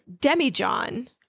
Demi-John